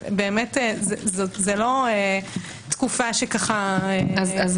זו לא תקופה- -- אנו